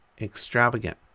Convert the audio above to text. extravagant